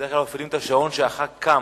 בדרך כלל מפעילים את השעון כשחבר הכנסת קם,